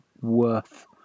worth